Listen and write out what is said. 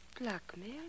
Blackmail